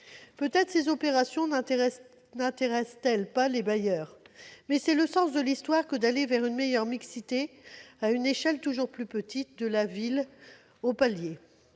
Peut-être ces opérations n'intéressent-elles pas les bailleurs, mais c'est le sens de l'histoire que d'aller vers une meilleure mixité sociale, à une échelle toujours plus petite, de la ville au palier.